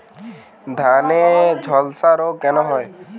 ধানে ঝলসা রোগ কেন হয়?